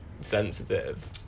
sensitive